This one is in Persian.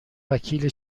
وکیل